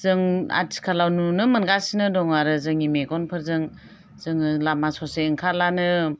जों आथिखालाव नुनो मोनगासिनो दङ आरो जोंनि मेगनफोरजों जोङो लामा ससे ओंखारब्लानो